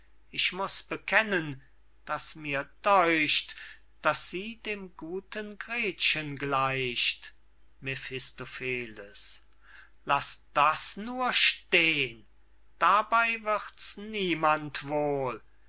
ich muß bekennen daß mir däucht daß sie dem guten gretchen gleicht mephistopheles laß das nur stehn dabey wird's niemand wohl